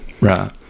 Right